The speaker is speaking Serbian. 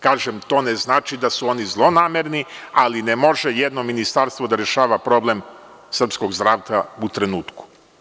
Kažem, to ne znači da su oni zlonamerni, ali ne može jedno ministarstvo da rešava problem srpskog zdravstva u trenutku.